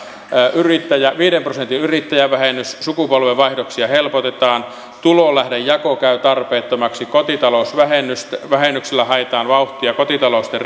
on viiden prosentin yrittäjävähennys sukupolvenvaihdoksia helpotetaan tulolähdejako käy tarpeettomaksi kotitalousvähennyksellä haetaan vauhtia kotitalouksien